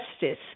justice